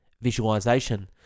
Visualization